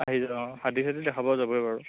অঁ হাতী চাতী দেখা পোৱা যাবই বাৰু